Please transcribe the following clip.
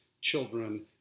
children